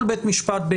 כל בית משפט סביר,